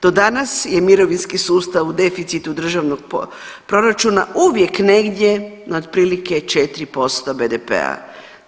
Do danas je mirovinski sustav u deficitu državnog proračuna uvijek negdje na otprilike 4% BDP-a.